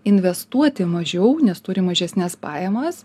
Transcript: investuoti mažiau nes turi mažesnes pajamas